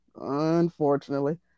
unfortunately